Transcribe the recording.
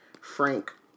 Frank